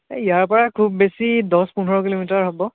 এ ইয়াৰ পৰা খুব বেছি দহ পোন্ধৰ কিলোমিটাৰ হ'ব